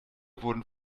wurden